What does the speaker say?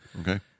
Okay